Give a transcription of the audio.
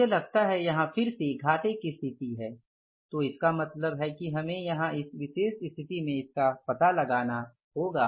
मुझे लगता है कि यहां फिर से घाटे की स्थितहै तो इसका मतलब है कि हमें यहां इस विशेष स्थिति में इसका पता लगाना होगा